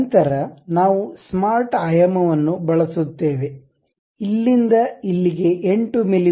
ನಂತರ ನಾವು ಸ್ಮಾರ್ಟ್ ಆಯಾಮವನ್ನು ಬಳಸುತ್ತೇವೆ ಇಲ್ಲಿಂದ ಇಲ್ಲಿಗೆ 8 ಮಿ